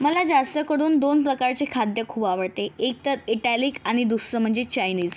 मला जास्त करून दोन प्रकारचे खाद्य खूप आवडते एक तर इटॅलिक आणि दुसरं म्हणजे चायनीज